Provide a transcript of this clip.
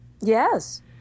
Yes